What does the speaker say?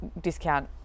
discount